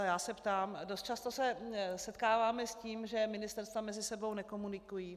Já se ptám dost často se setkáváme s tím, že ministerstva mezi sebou nekomunikují.